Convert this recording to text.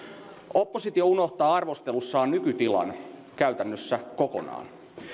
oppositio unohtaa arvostelussaan nykytilan käytännössä kokonaan